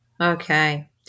Okay